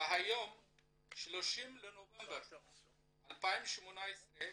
וב-30 לנובמבר 2018,